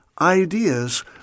Ideas